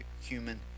human